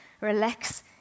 relax